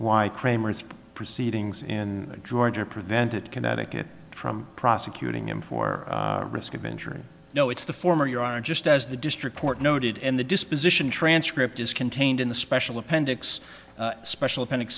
why kramer's proceedings in georgia prevented connecticut from prosecuting him for risk of injury no it's the former you are just as the district court noted and the disposition transcript is contained in the special appendix special